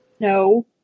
No